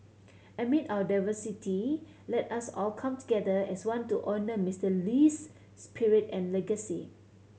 amid our diversity let us all come together as one to honour Mister Lee's spirit and legacy